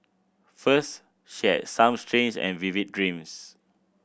first she had some strange and vivid dreams